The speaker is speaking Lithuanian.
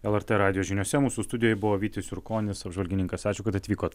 lrt radijo žiniose mūsų studijoj buvo vytis jurkonis apžvalgininkas ačiū kad atvykot